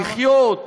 לחיות,